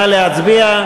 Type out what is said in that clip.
נא להצביע.